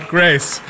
Grace